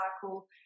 cycle